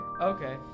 Okay